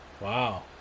Wow